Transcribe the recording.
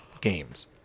games